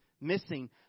missing